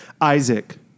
Isaac